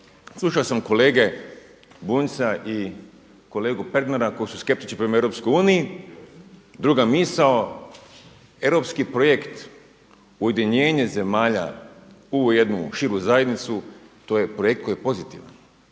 Slušao sam kolege Bunjca i kolegu Pernara koji su skeptični prema EU, druga misao, europski projekt ujedinjenje zemalja u jednu širu zajednicu to je projekt koji je pozitivan